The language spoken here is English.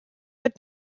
but